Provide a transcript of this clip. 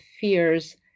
fears